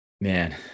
Man